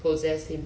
possessed him